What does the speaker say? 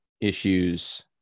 issues